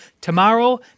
tomorrow